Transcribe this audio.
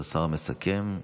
והשר המסכם,